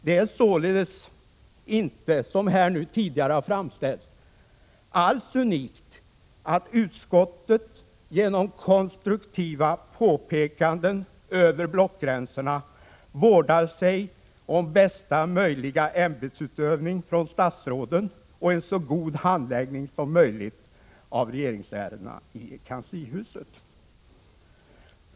Det är således inte alls unikt, som här tidigare framställts, att utskottet genom konstruktiva påpekanden över blockgränserna vårdar sig om bästa möjliga ämbetsutövning från statsråden och en så god handläggning som möjligt av regeringsärendena i kanslihuset.